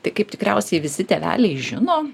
tai kaip tikriausiai visi tėveliai žino